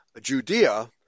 Judea